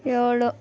ಏಳು